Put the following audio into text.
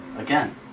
Again